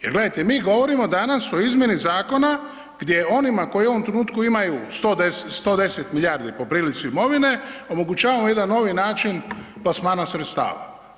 Jer gledajte, mi govorimo danas o izmjeni zakona gdje onima koji u ovom trenutku imaju 110 milijardi po prilici imovine, omogućavamo jedan novi način plasmana sredstava.